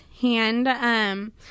hand